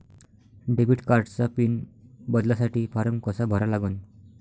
Debit कार्डचा PIN बदलासाठी form कसा भरा लागन?